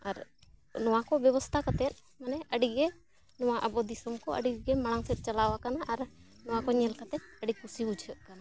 ᱟᱨ ᱱᱚᱣᱟ ᱠᱚ ᱵᱮᱵᱚᱥᱛᱟ ᱠᱟᱛᱮᱫ ᱢᱟᱱᱮ ᱟᱹᱰᱤᱜᱮ ᱱᱚᱣᱟ ᱟᱵᱚ ᱫᱤᱥᱚᱢ ᱠᱚ ᱟᱹᱰᱤᱜᱮ ᱢᱟᱲᱟ ᱝ ᱥᱮᱫ ᱪᱟᱞᱟᱣ ᱟᱠᱟᱱᱟ ᱟᱨ ᱱᱚᱣᱟ ᱠᱚ ᱧᱮᱞ ᱠᱟᱛᱮ ᱟᱹᱰᱤ ᱠᱩᱥᱤ ᱵᱩᱡᱷᱟᱹᱜ ᱠᱟᱱᱟ